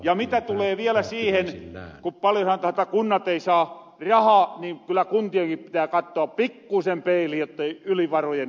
ja mitä tulee vielä siihen kun paljon sanotahan että kunnat ei saa rahaa niin kyllä kuntienkin pitää kattoa pikkuisen peiliin jottei yli varojen eletä